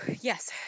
Yes